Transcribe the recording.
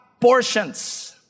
portions